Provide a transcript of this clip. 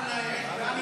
בעד.